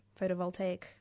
photovoltaic